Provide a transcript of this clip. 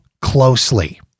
closely